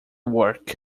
work